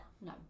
no